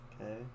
Okay